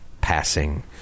passing